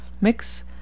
mix